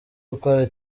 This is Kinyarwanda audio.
gukora